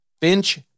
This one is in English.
Finch